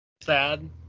Sad